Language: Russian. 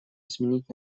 изменить